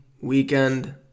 weekend